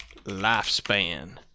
Lifespan